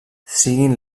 siguin